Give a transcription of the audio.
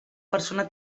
persona